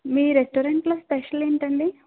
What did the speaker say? మీ రెస్టారెంట్లో స్పెషల్ ఏంటండి